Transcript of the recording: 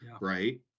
right